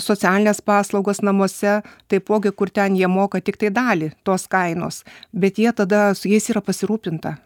socialines paslaugas namuose taipogi kur ten jie moka tiktai dalį tos kainos bet jie tada su jais yra pasirūpinta